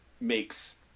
makes